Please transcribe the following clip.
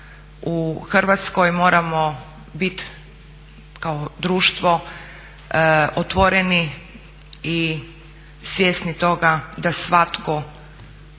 u Hrvatskoj moramo biti kao društvo otvoreni i svjesni toga da svatko